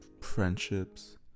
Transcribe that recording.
friendships